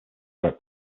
write